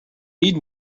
need